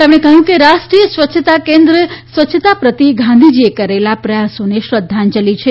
તેમણે કહ્યું કે રાષ્ટ્રીય સ્વચ્છતા કેન્દ્ર સ્વચ્છતા પ્રતિ ગાંધીજીએ કરેલા પ્રયાસોને શ્રદ્ધાંજલી છે